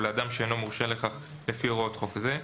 או לאדם שאינו מורשה לכך לפי הוראות חוק זה,